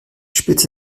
spitze